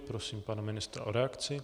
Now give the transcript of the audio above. Prosím pana ministra o reakci.